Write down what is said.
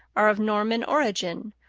are of norman origin,